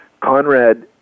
Conrad